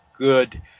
good